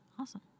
awesome